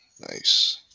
Nice